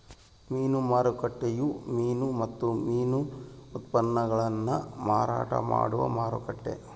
ಮೀನು ಮಾರುಕಟ್ಟೆಯು ಮೀನು ಮತ್ತು ಮೀನು ಉತ್ಪನ್ನಗುಳ್ನ ಮಾರಾಟ ಮಾಡುವ ಮಾರುಕಟ್ಟೆ